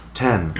ten